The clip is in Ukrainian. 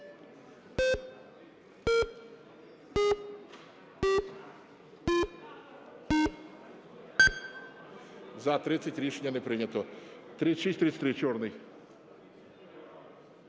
За-30 Рішення не прийнято. 3633, Чорний.